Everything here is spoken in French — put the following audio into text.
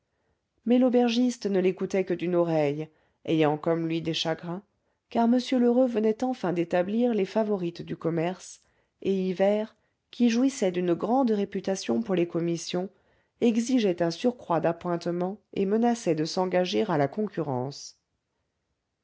mais l'aubergiste ne l'écoutait que d'une oreille ayant comme lui des chagrins car m lheureux venait enfin d'établir les favorites du commerce et hivert qui jouissait d'une grande réputation pour les commissions exigeait un surcroît d'appointements et menaçait de s'engager à la concurrence